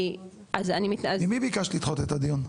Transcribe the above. אז אני --- ממי ביקשת לדחות את הדיון?